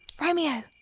Romeo